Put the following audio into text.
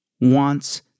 wants